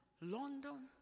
London